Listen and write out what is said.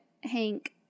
Hank